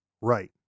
right